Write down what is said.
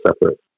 separate